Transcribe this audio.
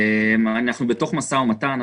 אנחנו בתוך משא ומתן.